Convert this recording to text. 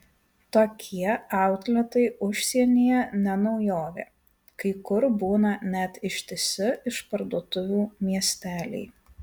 tokie autletai užsienyje ne naujovė kai kur būna net ištisi išparduotuvių miesteliai